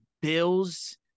Bills